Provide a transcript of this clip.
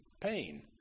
pain